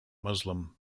muslim